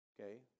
okay